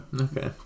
Okay